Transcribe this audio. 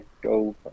go